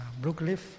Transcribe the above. Brookleaf